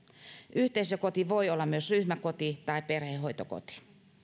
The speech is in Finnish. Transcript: yhteisökoti voi olla myös ryhmäkoti tai perhehoitokoti